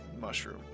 Mushroom